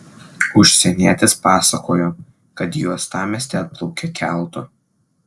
užsienietis pasakojo kad į uostamiestį atplaukė keltu